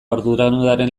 arduradunaren